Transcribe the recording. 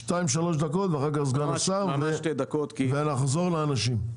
שתיים-שלוש דקות ואחר כך סגן השר ונחזור לאנשים.